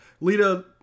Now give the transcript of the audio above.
Lita